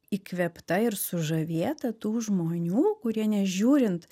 įkvėpta ir sužavėta tų žmonių kurie nežiūrint